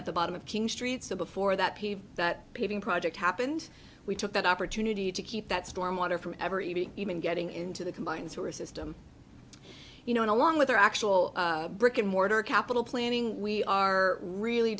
at the bottom of king street so before that that paving project happened we took that opportunity to keep that storm water from ever even even getting into the combines her system you know along with their actual brick and mortar capital planning we are really